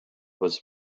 was